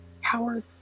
Howard